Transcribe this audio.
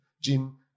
Jim